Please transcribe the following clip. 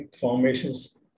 formations